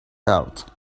out